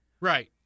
Right